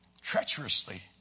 treacherously